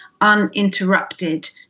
uninterrupted